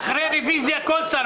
יש החלטה,